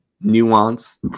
nuance